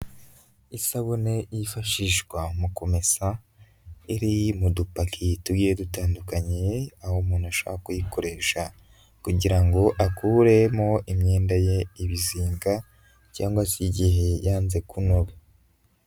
Isabune yifashishwa mu kumesa, iri mu dupaki tugiye dutandukanye, aho umuntu ashobora kuyikoresha kugira ngo akuremo imyenda ye ibizinga cyangwa se igihe yanze kunoga.